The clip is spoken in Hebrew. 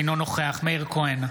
אינו נוכח מאיר כהן,